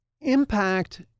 impact